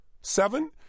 Seven